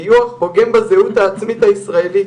טיוח פוגם בזהות העצמית הישראלית.